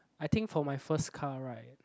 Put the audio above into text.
I think for my first car right